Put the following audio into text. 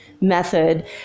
method